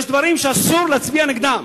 יש דברים שאסור להצביע נגדם.